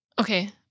Okay